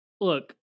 look